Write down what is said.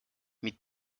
mit